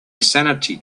sanity